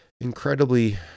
incredibly